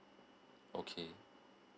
okay